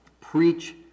preach